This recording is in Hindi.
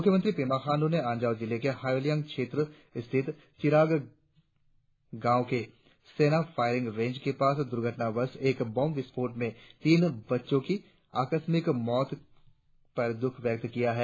मुख्यमंत्री पेमा खांड्र ने अंजाव जिलें के हायोलियांग क्षेत्र स्थित चिरांग गांव के सेना फायरिंग रेंज के पास दुर्घटना बस एक बम विस्फोट में तीन बच्चों की आकस्मिक मौत पर दुख व्यक्त किया है